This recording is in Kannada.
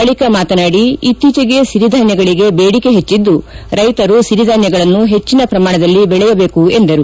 ಬಳಿಕ ಮಾತನಾಡಿ ಇತ್ತೀಚೆಗೆ ಸಿರಿಧಾನ್ಯಗಳಿಗೆ ಬೇಡಿಕೆ ಹೆಚ್ಚಿದ್ದು ರೈತರು ಸಿರಿಧಾನ್ಯಗಳನ್ನು ಹೆಚ್ಚಿನ ಪ್ರಮಾಣದಲ್ಲಿ ಬೆಳೆಯಬೇಕೆಂದರು